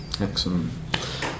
Excellent